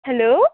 hello